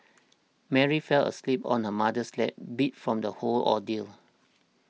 Mary fell asleep on her mother's lap beat from the whole ordeal